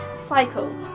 cycle